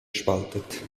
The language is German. spaltet